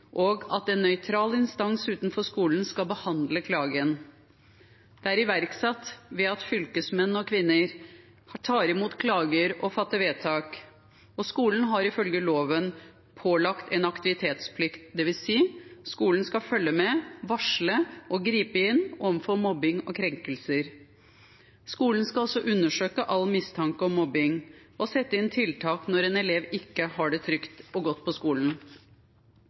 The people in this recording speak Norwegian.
og at en nøytral instans utenfor skolen skal behandle klagen. Det er iverksatt ved at fylkesmenn og -kvinner tar imot klager og fatter vedtak. Og skolen er ifølge loven pålagt aktivitetsplikt, dvs. at skolen skal følge med, varsle og gripe inn overfor mobbing og krenkelser. Skolen skal også undersøke all mistanke om mobbing og sette inn tiltak når en elev ikke har det trygt og godt på skolen.